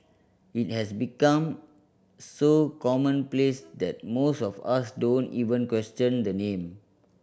it has become so commonplace that most of us don't even question the name